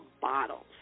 bottles